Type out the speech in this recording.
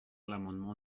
l’amendement